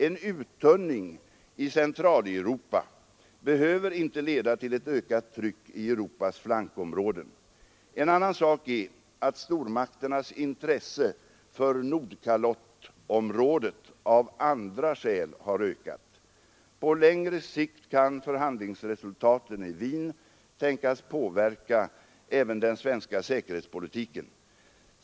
En uttunning i Centraleuropa behöver inte leda till ökat tryck i Europas flankområden. En annan sak är att stormakternas intresse för Nordkalottområdet av andra skäl har ökat. På längre sikt kan förhandlingsresultaten i Wien tänkas påverka även den svenska säkerhetspolitiken.